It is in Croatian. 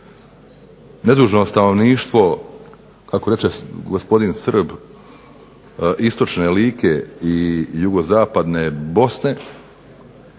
nedužno stanovništvo kako reče gospodin Srb istočne Like i jugozapadne Bosne,